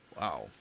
Wow